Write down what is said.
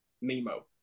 nemo